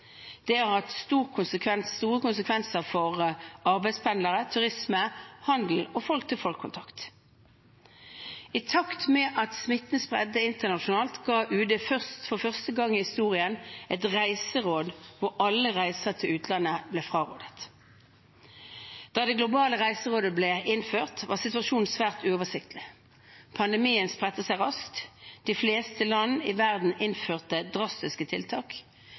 Det har hatt store konsekvenser for arbeidspendlere, turisme, handel og folk-til-folk-kontakt. I takt med at smitten spredte seg internasjonalt, ga UD for første gang i historien et reiseråd hvor alle reiser til utlandet ble frarådet. Da det globale reiserådet ble innført, var situasjonen svært uoversiktlig. Pandemien spredte seg raskt. De fleste land i verden innførte drastiske tiltak.